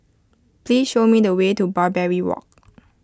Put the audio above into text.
please show me the way to Barbary Walk